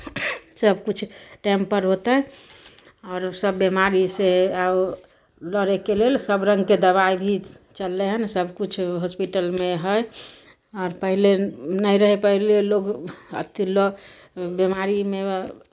सभकिछु टाइमपर होतै आओर सभ बिमारीसँ आ ओ लड़यके लेल सभ रङ्गके दबाइ भी चललै हन सभकिछु हॉस्पिटलमे हइ आर पहिले नहि रहय पहिले लोक अथि लग बिमारीमे